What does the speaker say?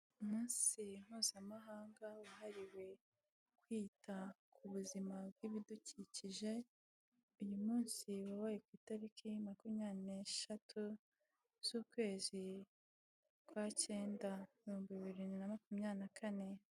Umunsi mpuzamahanga wahariwe kwita ku buzima bw'ibidukikije, uyu munsi wabaye ku itariki makumyabiri n'eshatu z'ukwezi kwa cyenda ibihumbi bibiri na makumyabiri na kane.